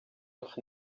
noch